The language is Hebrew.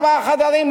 ארבעה חדרים,